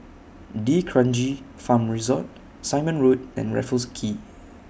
D'Kranji Farm Resort Simon Road and Raffles Quay